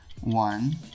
one